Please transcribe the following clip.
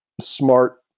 smart